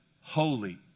holy